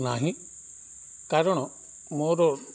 ନାହିଁ କାରଣ ମୋର